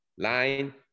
line